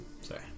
Sorry